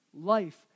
life